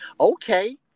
Okay